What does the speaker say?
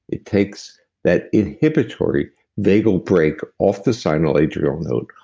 it takes that inhibitory vagal break, off the sinoatrial node,